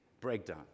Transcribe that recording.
breakdown